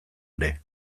ere